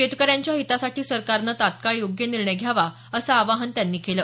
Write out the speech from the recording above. शेतकऱ्यांच्या हितासाठी सरकारनं तत्काळ योग्य निर्णय घ्यावा असं आवाहन पाटील यांनी केलं